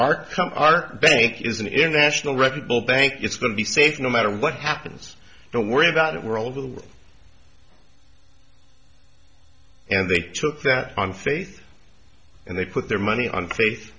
come our bank is an international record bull bank it's going to be safe no matter what happens don't worry about it we're all over the world and they took that on faith and they put their money on faith